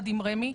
רמ"י.